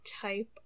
type